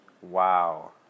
Wow